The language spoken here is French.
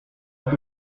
donc